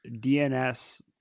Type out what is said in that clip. DNS